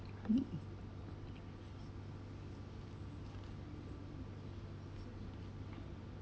mm